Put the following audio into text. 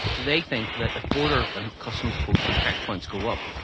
they think that if border and customs posts and checkpoints go up,